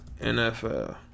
NFL